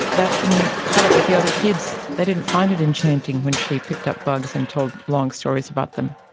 that didn't cut it with the other kids, they didn't find it enchanting when she picked up bugs and told long stories about them.